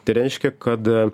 tai reiškia kad